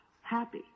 happy